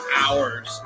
hours